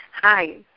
Hi